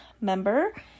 member